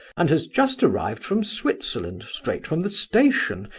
and has just arrived from switzerland, straight from the station,